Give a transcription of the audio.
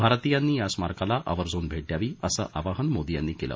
भारतीयांनी या स्मारकाला आवर्जून भेट द्यावी असं आवाहन मोदी यांनी केलं